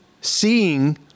Seeing